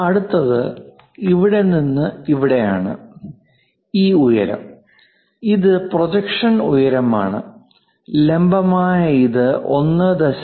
അടുത്തത് ഇവിടെ നിന്ന് ഇവിടെയാണ് ഈ ഉയരം ഇത് പ്രൊജക്ഷൻ ഉയരം ആണ് ലംബമായ ഇത് 1